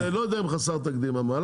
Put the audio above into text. אני לא יודע אם חסר תקדים המהלך,